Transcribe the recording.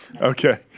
Okay